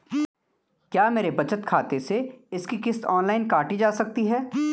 क्या मेरे बचत खाते से इसकी किश्त ऑनलाइन काटी जा सकती है?